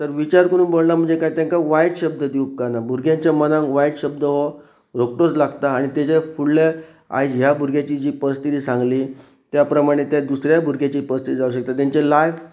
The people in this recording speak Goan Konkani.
तर विचार करून पोडलाना म्हणजे कां तेंकां वायट शब्द दिवपकाराना भुरग्यांच्या मनाक वायट शब्द हो रोखटोच लागता आनी तेज फुडल्या आयज ह्या भुरग्याची जी परिस्थिती सांगली त्या प्रमाणे त्या दुसऱ्या भुरग्याची परस्थिती जावं शकता तेंचे लायफ